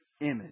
image